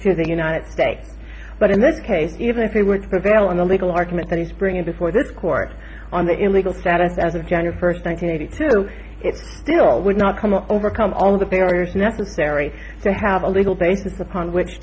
to the united states but in this case even if he were to prevail in a legal argument that he's bringing before this court on the illegal status as a general first one hundred eighty two it still would not come up overcome all of the barriers necessary to have a legal basis upon which